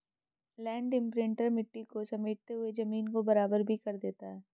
land imprinter मिट्टी को समेटते हुए जमीन को बराबर भी कर देता है